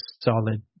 solid